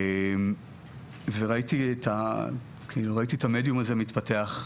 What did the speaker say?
וראיתי את המדיום הזה מתפתח,